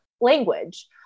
language